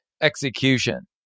execution